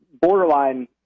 borderline